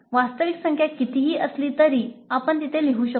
वास्तविक संख्या कितीही असली तरी आपण तिथे लिहू शकतो